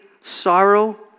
sorrow